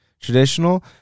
traditional